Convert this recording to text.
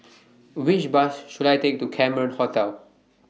Which Bus should I Take to Cameron Hotel